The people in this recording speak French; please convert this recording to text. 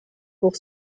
pour